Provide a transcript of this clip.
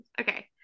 Okay